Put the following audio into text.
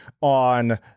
on